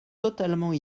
totalement